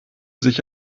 sich